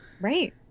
right